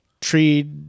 tree